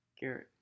Garrett